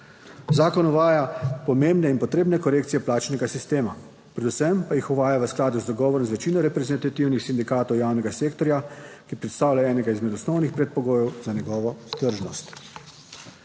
Zakon uvaja pomembne in potrebne korekcije plačnega sistema, predvsem pa jih uvaja v skladu z dogovorom z večino reprezentativnih sindikatov javnega sektorja, ki predstavlja enega izmed osnovnih predpogojev za njegovo tržnost.